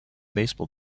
baseball